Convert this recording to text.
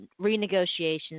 renegotiations